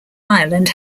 ireland